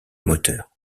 moteurs